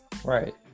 Right